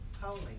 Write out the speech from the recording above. Holy